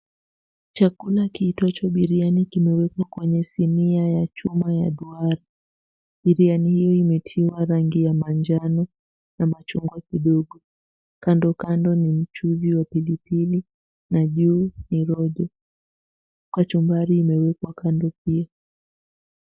Chakula kiitwacho biriyani, kimewekwa kwenye sinia ya chuma ya duara, biriyani hii imetiwa rangi ya manjano na machungwa kidogo, kando kando ni mchuuzi wa pilipili na juu ni rojo. Kachumbari imewekwa kando pia.